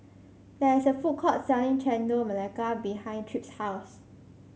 there is a food court selling Chendol Melaka behind Tripp's house